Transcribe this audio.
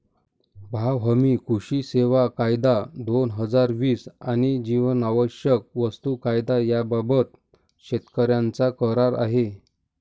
भाव हमी, कृषी सेवा कायदा, दोन हजार वीस आणि जीवनावश्यक वस्तू कायदा याबाबत शेतकऱ्यांचा करार आहे